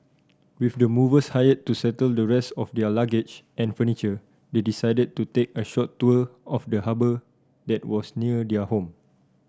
with the movers hired to settle the rest of their luggage and furniture they decided to take a short tour of the harbour that was near their home